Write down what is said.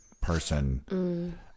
person